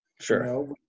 Sure